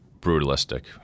brutalistic